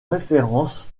référence